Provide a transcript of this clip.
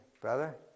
brother